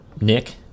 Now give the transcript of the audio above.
Nick